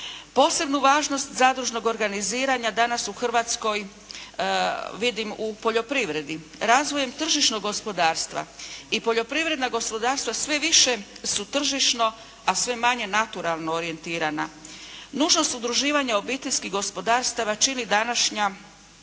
Posebnu važnost zadružnog organiziranja danas u Hrvatskoj vidim u poljoprivredi. Razvojem tržišnog gospodarstva i poljoprivredna gospodarstva sve više su tržišno, a sve manje naturalno orijentirana. Nužnost udruživanja obiteljskih gospodarstava čini današnja,